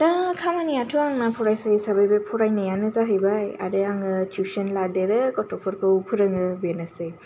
दा खामानियाथ' आंनि फरायसा हिसाबै बे फरायनायानो जाहैबाय आरो आङो थिउसन लादेरो गथ'फोरखौ फोरोङो बेनोसै